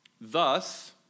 Thus